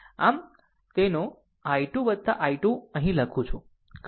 આમ તેનો i 2 i 2 અહીં લખું છું ખરું